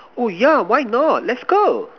oh yeah why not let's go